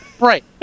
Right